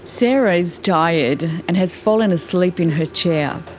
sarah is tired, and has fallen asleep in her chair.